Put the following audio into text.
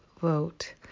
vote